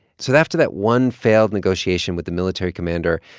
so after that one failed negotiation with the military commander,